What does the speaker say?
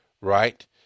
right